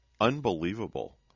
unbelievable